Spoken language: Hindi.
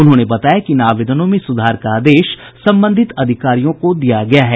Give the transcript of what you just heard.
उन्होंने बताया कि इन आवेदनों में सुधार का आदेश संबंधित अधिकारियों को दिया गया है